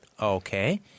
Okay